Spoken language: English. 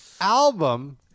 album